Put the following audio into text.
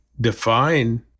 define